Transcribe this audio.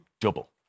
double